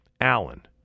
Allen